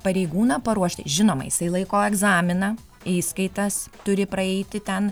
pareigūną paruošti žinoma jisai laiko egzaminą įskaitas turi praeiti ten